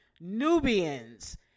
Nubians